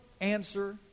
answer